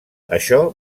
això